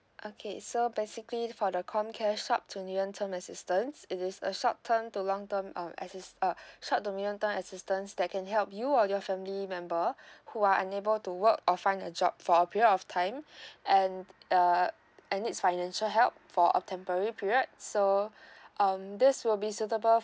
okay so basically for the ComCare shop twenty one assistance it is a short term to long term um assist~ uh short dominant time assistance that can help you or your family member who are unable to work or find a job for a period of time and uh and needs financial help for a temporary period so um this will be suitable